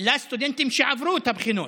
לסטודנטים שעברו את הבחינות,